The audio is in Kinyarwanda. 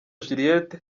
juliet